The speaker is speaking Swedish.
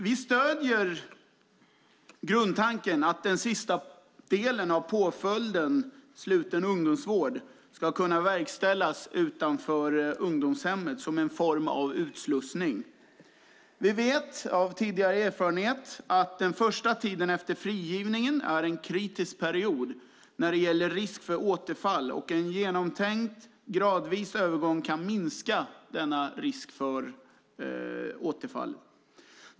Vi stöder grundtanken att den sista delen av påföljden, sluten ungdomsvård, ska kunna verkställas utanför ungdomshemmet som en form av utslussning. Av tidigare erfarenhet vet vi att första tiden efter frigivning är en kritisk period när det gäller risken för återfall. En genomtänkt gradvis övergång kan minska denna risk för återfall.